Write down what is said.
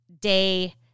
day